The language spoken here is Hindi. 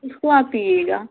उसको आप पीएगा